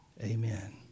Amen